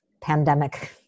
pandemic